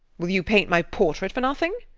will you paint my portrait for nothing?